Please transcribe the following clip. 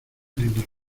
plenilunio